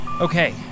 Okay